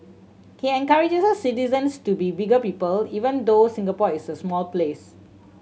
he encourages citizens to be bigger people even though Singapore is a small place